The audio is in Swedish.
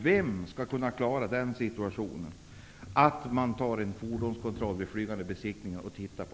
Vem klarar av en fordonskontroll vid flygande besiktningar?